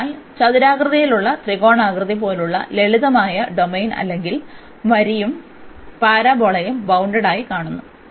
അതിനാൽ ചതുരാകൃതിയിലുള്ള ത്രികോണാകൃതി പോലുള്ള ലളിതമായ ഡൊമെയ്ൻ അല്ലെങ്കിൽ വരിയും പരാബോളയും ബൌണ്ടഡായി കാണുന്നു